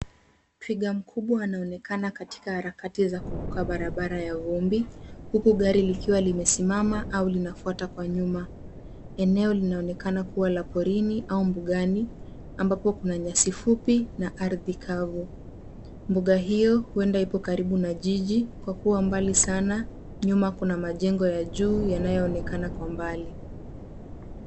Twiga mkubwa anaonekana katika harakati za kuvuka barabara ya vumbi huku gari likiwa limesimama au linafuata kwa nyuma. Eneo linaonekana kuwa la porini au mbugani ambapo kuna nyasi fupi na ardhi kavu. Mbuga hiyo huenda ipo karibu na jiji, kwa kuwa mbali sana. Nyuma kuna majengo ya juu yanayoonekana kwa mbali.